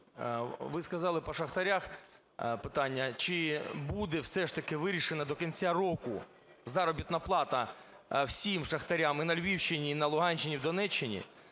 ви сказали… По шахтарях питання: чи буде все ж таки вирішено до кінця року заробітна плата всім шахтарям: і на Львівщині, і на Луганщині, і в Донеччині?